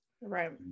Right